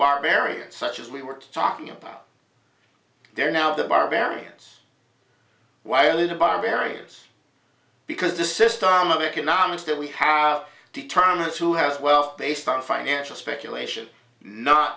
barbarian such as we were talking about they're now the barbarians while in the barbarians because the system of economics that we have determines who has well based on financial speculation not